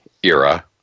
era